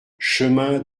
chemin